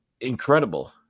incredible